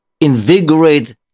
invigorate